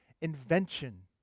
invention